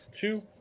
two